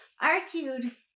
argued